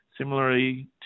Similarly